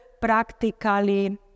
Practically